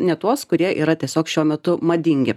ne tuos kurie yra tiesiog šiuo metu madingi